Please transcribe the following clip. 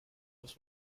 was